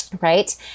Right